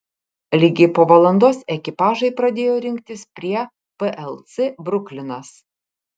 lygiai po valandos ekipažai pradėjo rinktis prie plc bruklinas